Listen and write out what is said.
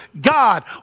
God